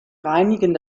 reinigen